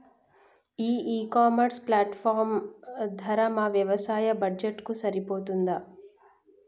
ఈ e commerce platform ధర మా వ్యవసాయ బడ్జెట్ కు సరిపోతుందా?